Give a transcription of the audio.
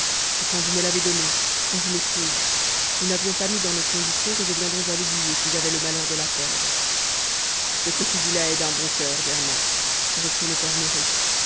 et quand vous me l'avez donnée quand je l'ai prise nous n'avions pas mis dans nos conditions que je viendrais à l'oublier si j'avais le malheur de la perdre ce que tu dis là est d'un bon cur germain reprit le père maurice